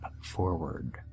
forward